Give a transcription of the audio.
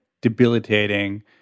debilitating